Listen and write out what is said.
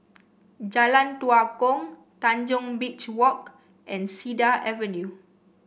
Jalan Tua Kong Tanjong Beach Walk and Cedar Avenue